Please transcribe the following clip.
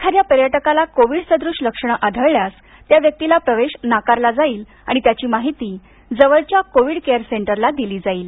एखाद्या पर्यटकाला कोविडसदृश् लक्षणं आढळल्यास त्या व्यक्तीला प्रवेश नाकारला जाईल आणि त्याची माहिती जवळच्या कोविडं केअर सेंटरला दिली जाइल